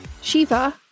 Shiva